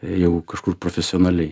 jau kažkur profesionaliai